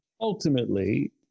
Ultimately